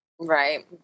Right